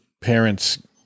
parents